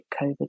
COVID